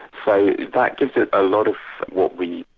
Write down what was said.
so the fact is that a lot of what we,